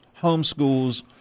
homeschools